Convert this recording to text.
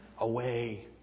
away